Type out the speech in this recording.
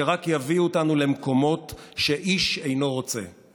שרק יביאו אותנו למקומות שבהם איש אינו רוצה להיות.